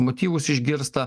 motyvus išgirsta